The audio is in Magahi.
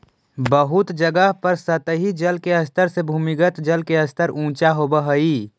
बहुत जगह पर सतही जल के स्तर से भूमिगत जल के स्तर ऊँचा होवऽ हई